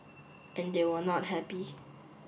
and they were not happy